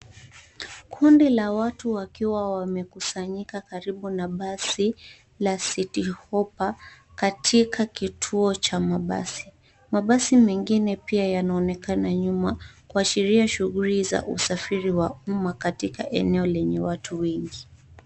Kundi la watu wakiwa wamekusanyika karibu na basi la City Hopper katika kituo cha mabasi. Mabasi mengine pia yanayoonekana nyuma kuashiria shughuli ya usafiri wa umma katika eneo lenye watu wengi.